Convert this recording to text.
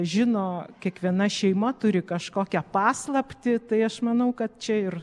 žino kiekviena šeima turi kažkokią paslaptį tai aš manau kad čia ir